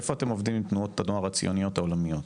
איפה אתם עובדים עם תנועות הנוער הציוניות העולמיות?